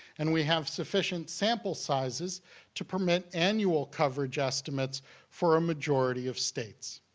and we have sufficient sample sizes to permit annual coverage estimates for a majority of states.